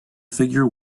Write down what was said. figure